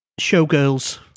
Showgirls